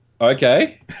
Okay